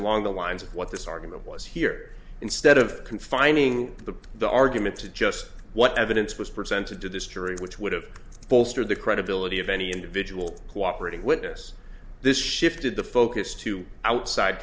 along the lines of what this argument was here instead of confining the the argument to just what evidence was presented to this jury which would have bolstered the credibility of any individual cooperating witness this shifted the focus to outside